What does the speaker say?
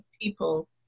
people